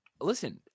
listen